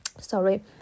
Sorry